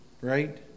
right